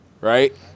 Right